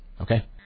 okay